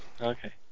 Okay